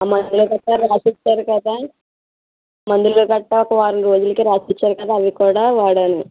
ఆ మందులు గట్రా రాసిచారు రు కదా మందులు గట్రా ఒక వారం రోజులకు రాసి ఇచ్చారు కదా అవి కూడా వాడండి